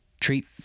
treat